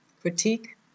critique